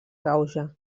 gauge